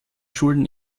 schulden